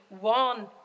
one